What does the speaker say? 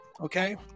Okay